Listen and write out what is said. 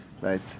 right